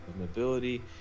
mobility